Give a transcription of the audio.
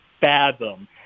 fathom